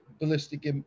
ballistic